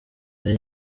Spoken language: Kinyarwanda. hari